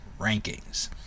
rankings